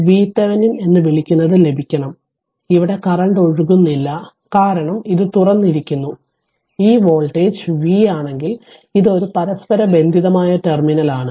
VThevenin എന്ന് വിളിക്കുന്നത് ലഭിക്കണം ഇവിടെ കറന്റ് ഒഴുകുന്നില്ല കാരണം ഇത് തുറന്നിരിക്കുന്നു ഈ വോൾട്ടേജ് V ആണെങ്കിൽ ഇത് ഒരു പരസ്പരബന്ധിതമായ ടെർമിനലാണ്